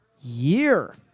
year